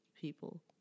people